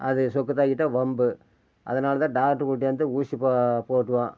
அது சொக்குத்தாக்கிட்டா வம்பு அதனால்தான் டாக்டரு கூட்டியாந்து ஊசி போடுவோம்